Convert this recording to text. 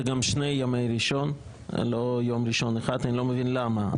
זה גם שני ימי ראשון לא יום ראשון אחד ואני לא מבין למה.